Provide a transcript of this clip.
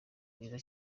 mwiza